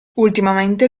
ultimamente